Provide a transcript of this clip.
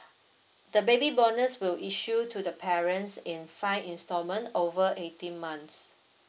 the baby bonus will issue to the parents in five instalment over eighteen months